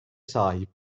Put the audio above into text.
sahip